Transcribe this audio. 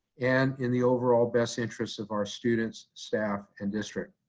and in the overall best interest of our students, staff and district.